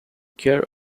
kerr